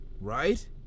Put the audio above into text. Right